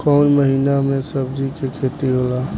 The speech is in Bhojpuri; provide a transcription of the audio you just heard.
कोउन महीना में सब्जि के खेती होला?